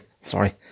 Sorry